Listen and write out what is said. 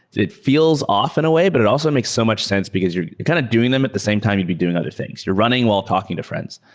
it feels often away, but it also makes so much sense because you're kind of doing them at the same time you'd be doing other things. you're running while talking to friends.